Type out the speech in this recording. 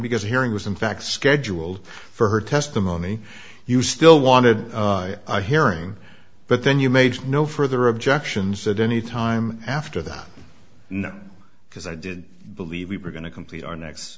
because hearing was in fact scheduled for her testimony you still wanted hearing but then you made no further objections at any time after that no because i did believe we were going to complete our next